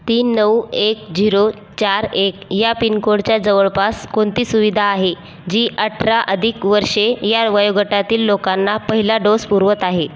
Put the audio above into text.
तीन नऊ एक झीरो चार एक या पिनकोडच्या जवळपास कोणती सुविधा आहे जी अठरा अधिक वर्षे या वयोगटातील लोकांना पहिला डोस पुरवत आहे